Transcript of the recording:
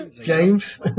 james